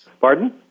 Pardon